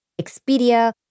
Expedia